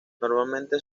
normalmente